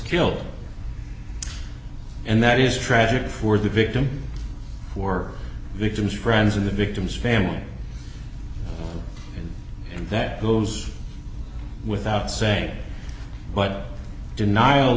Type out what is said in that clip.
killed and that is tragic for the victim or victim's friends or the victim's family and that goes without saying but denial